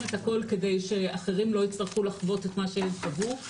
הכול כדי שאנשים אחרים לא יצטרכו לחוות את מה שהם חוו.